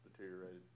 deteriorated